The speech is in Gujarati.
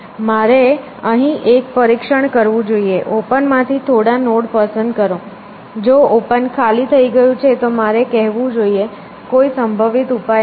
મારે અહીં એક પરીક્ષણ કરવું જોઈએ ઓપન માંથી થોડા નોડ પસંદ કરો જો ઓપન ખાલી થઈ ગયું છે તો મારે કહેવું જોઈએ કોઈ સંભવિત ઉપાય નથી